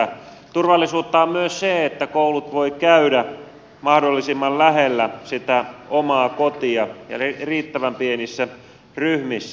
turvallisuutta on myös se että koulut voi käydä mahdollisimman lähellä sitä omaa kotia ja riittävän pienissä ryhmissä